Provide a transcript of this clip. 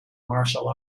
martial